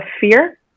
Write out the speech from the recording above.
fear